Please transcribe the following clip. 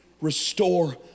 restore